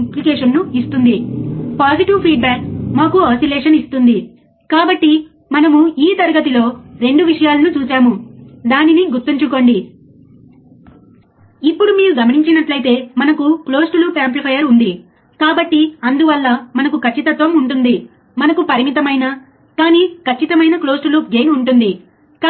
అది నా Vin అవుతుంది అంటే ఇన్పుట్ వద్ద ఈ వోల్టేజ్ నా అవుట్పుట్ 0 చేయడానికి వర్తింపజేయాలి సులభం కదా కాబట్టి ఇప్పుడు మీరు ఇంట్లో ఈ ప్రయోగాలు చేయవచ్చు input bias current input offset current input offset